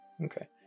Okay